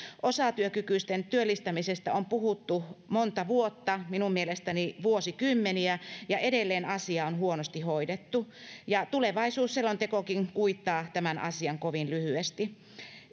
osatyökykyisten työllistämisestä on puhuttu monta vuotta minun mielestäni vuosikymmeniä ja edelleen asia on huonosti hoidettu ja tulevaisuusselontekokin kuittaa tämän asian kovin lyhyesti